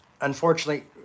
unfortunately